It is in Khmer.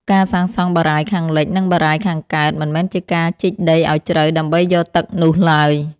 ការសាងសង់បារាយណ៍ខាងលិច និងបារាយណ៍ខាងកើត មិនមែនជាការជីកដីឱ្យជ្រៅដើម្បីយកទឹកនោះឡើយ។